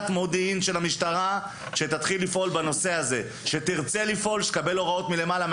מודיעין של המשטרה שתקבל הוראות מלמעלה,